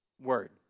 Word